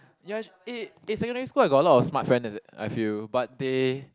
ya eh in secondary school I got a lot of smart friend I feel but they